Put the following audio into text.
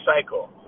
cycle